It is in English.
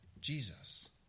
Jesus